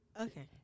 Okay